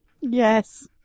Yes